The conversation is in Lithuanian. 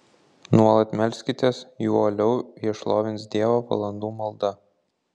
nuolat melskitės juo uoliau jie šlovins dievą valandų malda